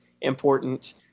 important